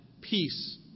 peace